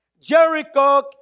Jericho